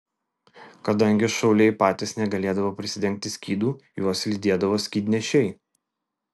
kadangi šauliai patys negalėdavo prisidengti skydu juos lydėdavo skydnešiai